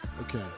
Okay